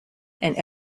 and